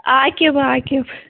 Aqib Aqib